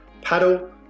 Paddle